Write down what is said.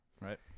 Right